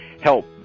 help